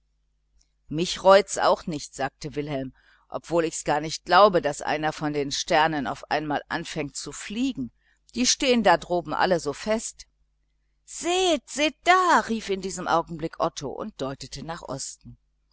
mich reut's auch nicht sagte wilhelm obwohl ich's gar nicht glaube daß einer von den sternen auf einmal anfängt zu fliegen die stehen da droben alle so fest seht seht da rief in diesem augenblick otto und deutete nach osten